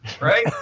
right